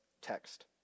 text